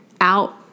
out